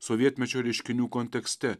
sovietmečio reiškinių kontekste